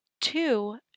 Two